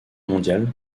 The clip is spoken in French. mondiale